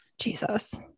Jesus